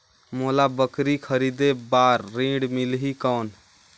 मोला बकरी खरीदे बार ऋण मिलही कौन?